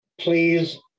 please